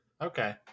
Okay